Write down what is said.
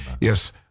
Yes